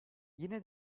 yine